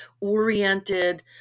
oriented